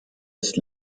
ist